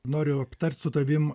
noriu aptart su tavim